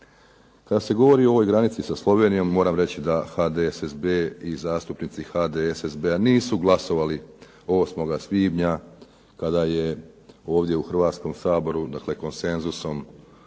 Kada se govori o ovoj granici sa Slovenijom moram reći da HDSSB i zastupnici HDSSB-a nisu glasovali 8. svibnja kada je ovdje u Hrvatskom saboru, dakle konsenzusom